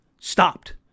stopped